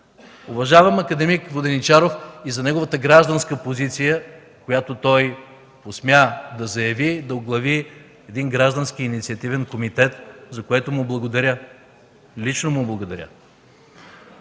Уважавам акад. Воденичаров и за неговата гражданска позиция, която той посмя да заяви, да оглави един граждански инициативен комитет, за което му благодаря. Лично му благодаря!